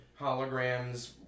holograms